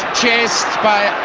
chased by